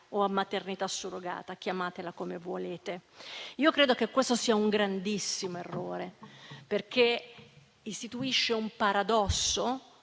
o alla maternità surrogata (chiamatela come volete). Credo che questo sia un grandissimo errore, perché istituisce un paradosso